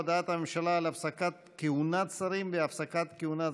על הפרוטוקול.